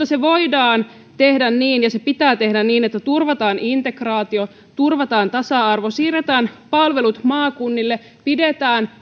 se voidaan tehdä niin ja se pitää tehdä niin että turvataan integraatio turvataan tasa arvo siirretään palvelut maakunnille pidetään